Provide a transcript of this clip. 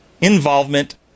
involvement